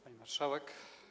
Pani Marszałek!